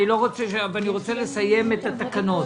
אני רוצה לסיים את התקנות.